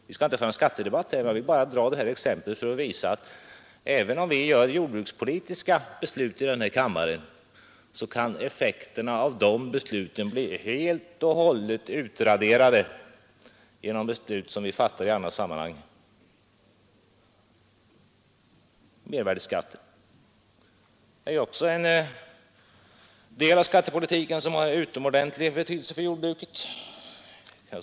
Vi skall inte föra en skattedebatt här; jag vill bara dra exemplet för att visa att när vi fattar jordbrukspolitiska beslut här i kammaren kan effekterna av dem bli helt och hållet utraderade genom beslut som vi fattar i andra sammanhang. Mervärdeskatten är också en del av skattepolitiken som har utomordentlig betydelse för jordbruket.